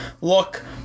look